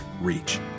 reach